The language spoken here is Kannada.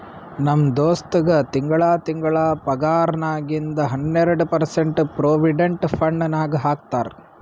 ನಮ್ ದೋಸ್ತಗ್ ತಿಂಗಳಾ ತಿಂಗಳಾ ಪಗಾರ್ನಾಗಿಂದ್ ಹನ್ನೆರ್ಡ ಪರ್ಸೆಂಟ್ ಪ್ರೊವಿಡೆಂಟ್ ಫಂಡ್ ನಾಗ್ ಹಾಕ್ತಾರ್